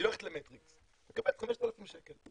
היא הולכת למטריקס ומקבלת 5,000 שקל,